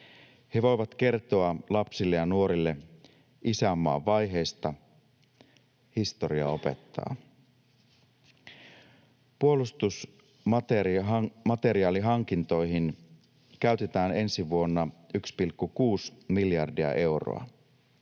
He voivat kertoa lapsille ja nuorille isänmaan vaiheista. Historia opettaa. Puolustusmateriaalihankintoihin käytetään ensi vuonna 1,6 miljardia euroa.